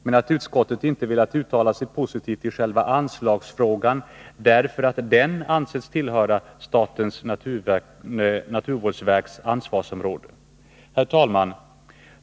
Utskottet har dock inte velat uttala sig positivt i själva anslagsfrågan, därför att den anses tillhöra statens naturvårdsverks ansvarsområde. Herr talman!